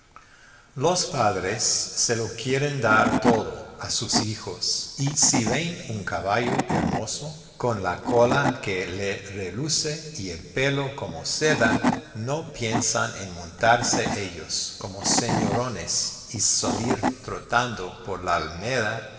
los padres se lo quieren dar todo a sus hijos y si ven un caballo hermoso con la cola que le reluce y el pelo como seda no piensan en montarse ellos como señorones y salir trotando por la alameda